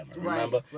Remember